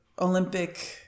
Olympic